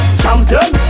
champion